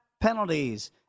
penalties